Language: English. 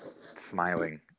smiling